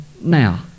Now